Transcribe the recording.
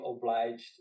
obliged